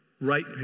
Right